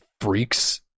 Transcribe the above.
freaks